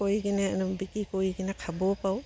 কৰি কিনে বিক্ৰী কৰি কিনে খাবও পাৰোঁ